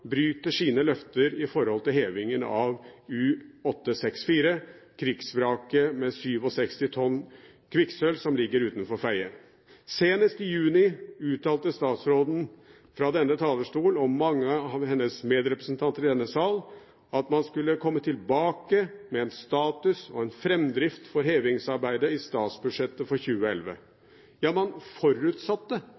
sine løfter i forhold til hevingen av U-864, krigsvraket med 67 tonn kvikksølv, som ligger utenfor Fedje. Senest i juni uttalte statsråden fra denne talerstolen, og mange av hennes medrepresentanter i denne sal, at man skulle komme tilbake med en status og en framdrift for hevingsarbeidet i statsbudsjettet for 2011.